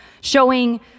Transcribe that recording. showing